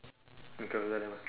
you tell them ah